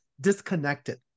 disconnected